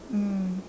mm